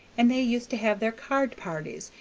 and they used to have their card-parties,